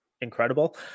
incredible